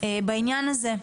בעניין הזה.